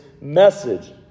message